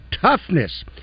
toughness